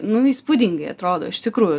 nu įspūdingai atrodo iš tikrųjų